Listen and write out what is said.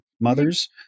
mothers